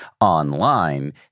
online